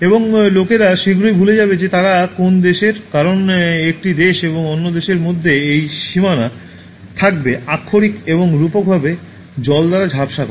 এবং লোকেরা শীঘ্রই ভুলে যাবে যে তারা কোন দেশের কারণ একটি দেশ এবং অন্য দেশের মধ্যে এই সীমানা থাকবে আক্ষরিক এবং রূপকভাবে জল দ্বারা ঝাপসা করা